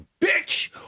bitch